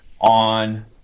on